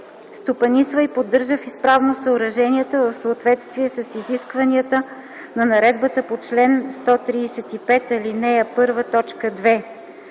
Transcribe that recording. стопанисва и поддържа в изправност съоръженията в съответствие с изискванията на наредбата по чл. 135, ал. 1,